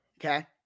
Okay